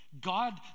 God